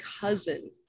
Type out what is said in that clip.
cousin